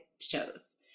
shows